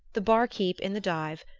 the bar-keep' in the dive,